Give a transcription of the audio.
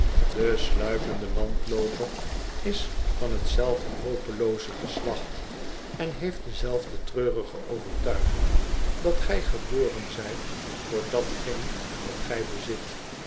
de sluipende landlooper is van t zelfde hopelooze geslacht en heeft dezelfde treurige overtuiging dat gij geboren zijt voor datgeen wat gij bezit